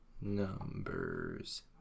numbers